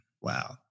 Wow